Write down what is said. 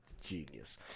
genius